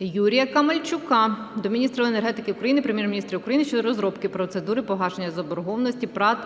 Юрія Камельчука до міністра енергетики України, Прем'єр-міністра України щодо розробки процедури погашення заборгованості ПрАТ